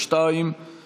ואני מודה לחבריי בוועדה.